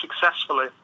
successfully